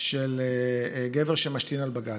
של גבר שמשתין על בג"ץ,